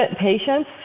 patience